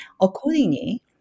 Accordingly